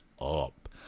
up